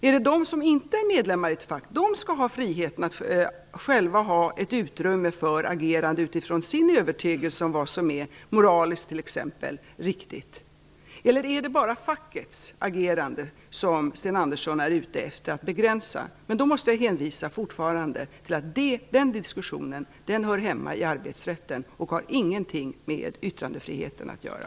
Är det de som inte är medlemmar i ett fack som skall ha friheten att själva ha ett utrymme för agerande utifrån sin övertygelse om vad som moraliskt riktigt, eller är det bara fackets agerande som Sten Andersson är ute efter att begränsa? Jag måste fortfarande säga att den diskussionen hör hemma i arbetsrätten och inte har någonting med yttrandefriheten att göra.